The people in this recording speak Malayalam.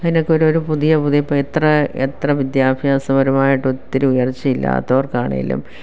അതിനൊക്കെ ഓരോരോ പുതിയ പുതിയ ഇപ്പോൾ എത്ര വിദ്യാഭ്യാസപരമായിട്ട് ഒത്തിരി ഉയർച്ചയില്ലാത്തവർക്കാണേലും